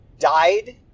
died